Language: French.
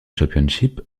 championship